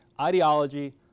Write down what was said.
ideology